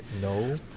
No